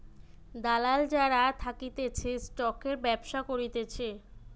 দালাল যারা থাকতিছে স্টকের ব্যবসা করতিছে